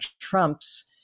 Trump's